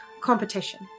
competition